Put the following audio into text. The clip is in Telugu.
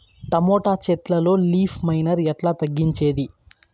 టమోటా చెట్లల్లో లీఫ్ మైనర్ ఎట్లా తగ్గించేది?